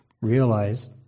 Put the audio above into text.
realize